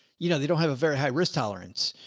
you know, they don't have a very high risk tolerance,